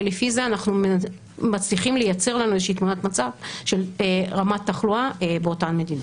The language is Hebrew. ולפי זה אנחנו מצליחים לייצר תמונת מצב של רמת תחלואה באותן מדינות.